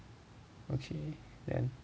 okay then